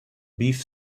beef